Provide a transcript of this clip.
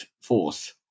force